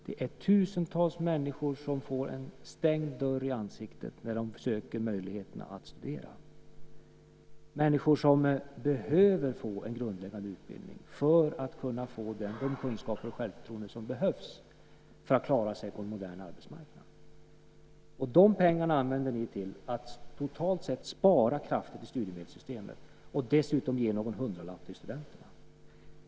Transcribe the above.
Det är tusentals människor som får en stängd dörr i ansiktet när de söker möjligheten att studera, människor som behöver få en grundläggande utbildning för att kunna få de kunskaper och det självförtroende som behövs för att klara sig på en modern arbetsmarknad. De pengarna använder ni till att totalt sett spara krafter till studiemedelssystemet och dessutom ge någon hundralapp till studenterna.